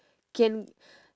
can